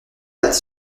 date